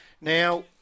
Now